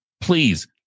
please